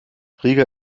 riga